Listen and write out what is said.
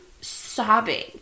sobbing